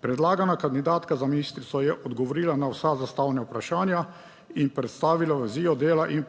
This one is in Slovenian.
Predlagana kandidatka za ministrico je odgovorila na vsa zastavljena vprašanja in predstavila vizijo dela in